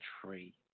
tree